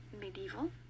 medieval